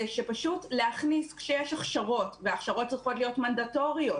זה שההכשרות צריכות להיות מנדטוריות,